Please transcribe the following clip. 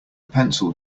pencil